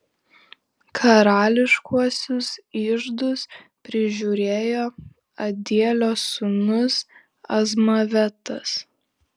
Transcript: karališkuosius iždus prižiūrėjo adielio sūnus azmavetas